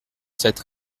sept